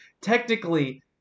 technically